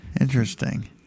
Interesting